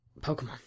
Pokemon